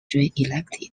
reelected